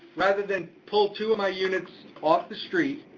rather than pull two of my units off the street,